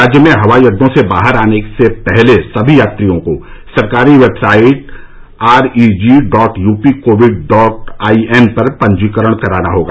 राज्य में हवाई अड्डों से बाहर आने से पहले सभी यात्रियों को सरकारी website R E G dot UP covid dot I N पर पंजीकरण कराना होगा